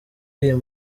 icyo